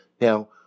Now